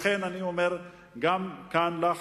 לכן, אני אומר גם לך,